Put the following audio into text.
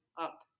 up